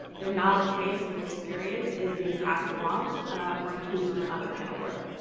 their knowledge base, and their experience is being passed along for inclusion and other panel work.